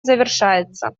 завершается